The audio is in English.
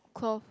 cloth